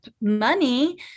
money